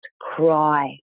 cry